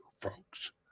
folks